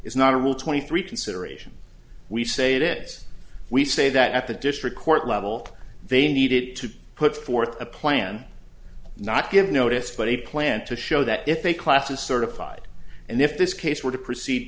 is not a rule twenty three consideration we say it is we say that the district court level they needed to put forth a plan not give notice but a plan to show that if a class is certified and if this case were to proceed